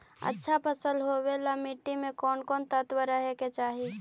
अच्छा फसल होबे ल मट्टी में कोन कोन तत्त्व रहे के चाही?